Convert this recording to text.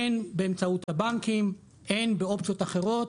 הן באמצעות הבנקים, והן באופציות אחרות.